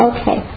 Okay